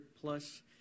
plus